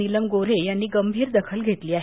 नीलम गोऱ्हे यांनी गंभीर दखल घेतली आहे